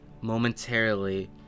momentarily